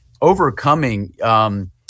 overcoming